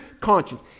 conscience